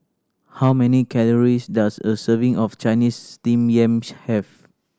how many calories does a serving of Chinese Steamed Yam have